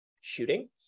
shooting